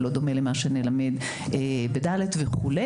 לא דומה למה שנלמד ב-ד' וכו',